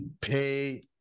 Pay